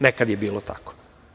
Nekad je to bilo tako.